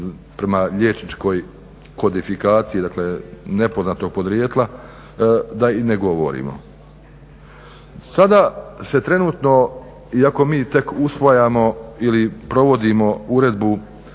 prema liječničkoj kodifikaciji, dakle nepoznatog podrijetla da i ne govorimo. Sada se trenutno iako mi tek usvajamo ili provodimo uredbu